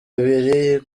ibiri